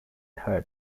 heard